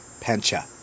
pancha